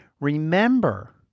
remember